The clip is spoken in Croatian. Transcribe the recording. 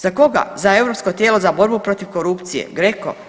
Za koga, za europsko tijelo za borbu protiv korupcije GRECO?